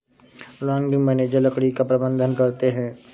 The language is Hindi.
लॉगिंग मैनेजर लकड़ी का प्रबंधन करते है